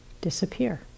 disappear